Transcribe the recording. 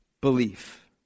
belief